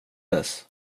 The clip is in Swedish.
dess